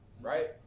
right